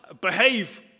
behave